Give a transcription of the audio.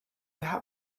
had